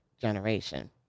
generation